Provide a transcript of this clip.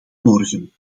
morgen